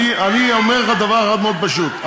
אני אומר לך דבר אחד מאוד פשוט,